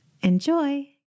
Enjoy